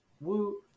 woo